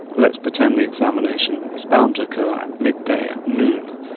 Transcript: let's pretend the examination is bound to occur at midday, at noon,